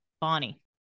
Bonnie